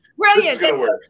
Brilliant